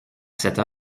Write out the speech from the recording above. cette